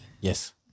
Yes